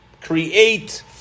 create